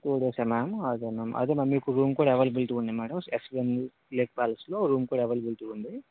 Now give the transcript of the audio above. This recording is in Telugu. టు డేస్ ఆ మ్యామ్ అదే మ్యామ్ అదే మ్యామ్ మీకు రూమ్ కూడా అవైలబిలటి ఉంది మ్యాడం ఎస్విఎన్ లేక్ ప్యాలెస్ లో రూమ్ కూడా అవైలబిలిటి ఉంది